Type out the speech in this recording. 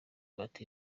bati